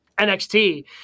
NXT